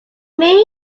mean